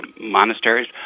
monasteries